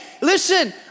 listen